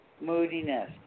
moodiness